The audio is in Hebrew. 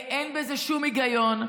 אין בזה שום היגיון.